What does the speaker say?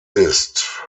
ist